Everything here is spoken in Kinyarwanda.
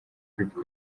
philippe